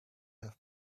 have